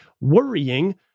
worrying